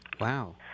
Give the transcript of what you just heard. Wow